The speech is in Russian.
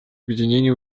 объединения